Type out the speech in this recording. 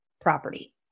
property